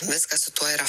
viskas su tuo yra